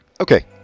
okay